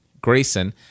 Grayson